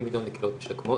40 מיליון לקהילות משקמות,